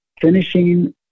finishing